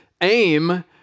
aim